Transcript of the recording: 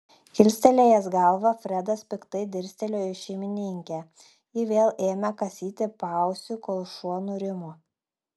kilstelėjęs galvą fredas piktai dirstelėjo į šeimininkę ji vėl ėmė kasyti paausį kol šuo nurimo